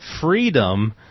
Freedom